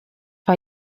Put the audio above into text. vor